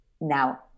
Now